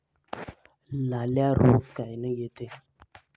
लाल्या रोग कायनं येते?